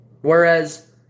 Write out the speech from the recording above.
Whereas